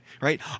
right